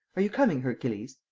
are you coming, hercules?